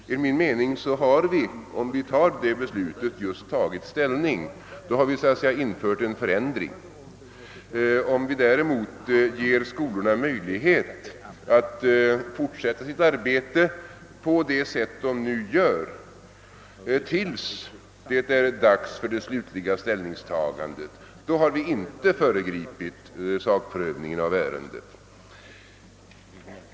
Enligt min mening har vi, om vi beslutar så, just tagit ställning ty då har vi infört en förändring. Om vi däremot ger skolorna möjlighet att fortsätta sitt arbete som hittills tills det är dags för det slutliga ställningstagandet, har vi inte föregripit sakprövningen av ärendet.